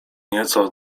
nieco